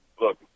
look